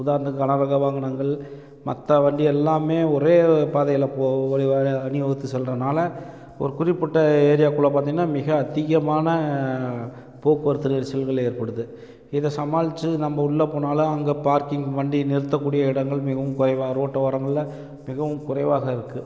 உதாரணத்துக்கு கனரக வாகனங்கள் மற்ற வண்டியெல்லாமே ஒரே பாதையில் போய் வர அணி வகுத்து செல்கிறனால ஒரு குறிப்பிட்ட ஏரியாவுக்குள்ள பார்த்திங்கன்னா மிக அதிகமான போக்குவரத்து நெரிசல்கள் ஏற்படுது இதை சமாளித்து நம்ம உள்ளே போனாலும் அங்கே பார்க்கிங் வண்டியை நிறுத்தக்கூடிய இடங்கள் மிகவும் குறைவா ரோட்டு ஓரங்கள்ல மிகவும் குறைவாக இருக்குது